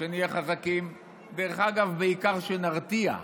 שנהיה חזקים, דרך אגב, בעיקר שנרתיע,